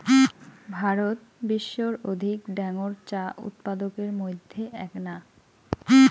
ভারত বিশ্বর অধিক ডাঙর চা উৎপাদকের মইধ্যে এ্যাকনা